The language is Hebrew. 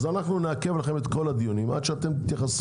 אנחנו נעכב לכם את כל הדיונים עד שתתייחסו